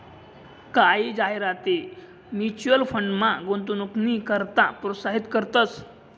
कायी जाहिराती म्युच्युअल फंडमा गुंतवणूकनी करता प्रोत्साहित करतंस